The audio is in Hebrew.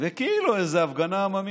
כאילו שזאת איזו הפגנה עממית.